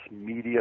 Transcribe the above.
media